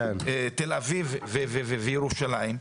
תל אביב וירושלים.